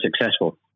successful